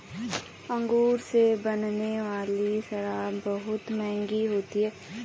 अंगूर से बनने वाली शराब बहुत मँहगी होती है